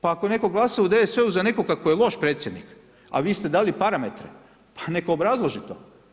Pa ako je netko glasovao u DSV-u za nekoga tko je loš predsjednik, a vi ste dali parametre, pa neka obrazloži to.